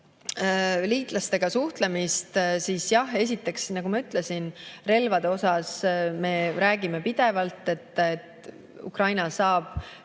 liitlastega suhtlemist, siis jah, esiteks, nagu ma ütlesin, relvade koha pealt me räägime pidevalt, et Ukraina saab